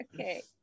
Okay